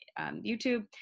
YouTube